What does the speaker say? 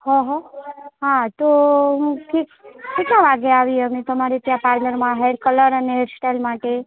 હં હં હા તો હું કે કેટલા વાગે આવીએ અમે તમારે ત્યાં પાર્લરમાં હેર કલર અને હેરસ્ટાઈલ માટે